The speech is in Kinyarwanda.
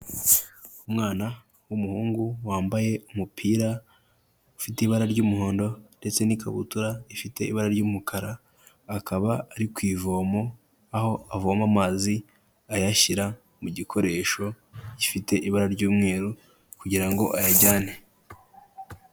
Umwana w'umuhungu wambaye umupira ufite ibara ry'umuhondo ndetse n'ikabutura ifite ibara ry'umukara, akaba ari ku ivomo aho avoma amazi ayashyira mu gikoresho gifite ibara ry'umweru kugira ngo ayajyane.